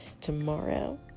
tomorrow